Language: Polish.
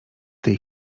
tej